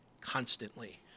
constantly